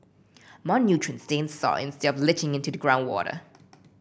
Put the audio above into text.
more nutrients stay in the soil instead of leaching into the groundwater